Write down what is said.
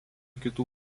kitų